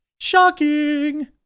Shocking